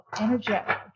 energetic